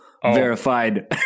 verified